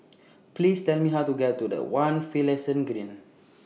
Please Tell Me How to get to The one Finlayson Green